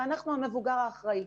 ואנחנו המבוגר האחראי.